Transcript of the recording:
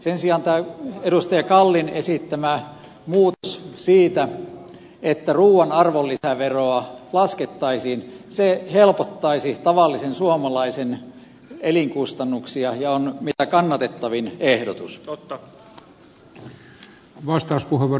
sen sijaan edustaja kallin esittämä muutos siitä että ruuan arvonlisäveroa laskettaisiin helpottaisi tavallisen suomalaisen elinkustannuksia ja on mitä kannatettavin ehdotus